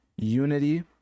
Unity